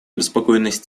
обеспокоенность